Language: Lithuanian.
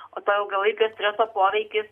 o to ilgalaikio streso poveikis